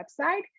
website